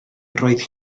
roedd